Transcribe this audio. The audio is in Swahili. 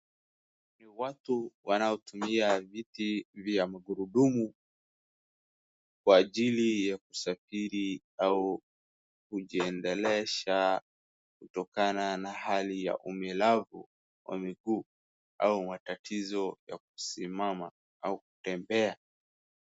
Ni watu wanaotumia viti vya magurudumu kwa ajili ya kusafiri au kujiendelesha kutokana na hali ya ulemavu wa miguu au matatizo ya kusimama au kutembea.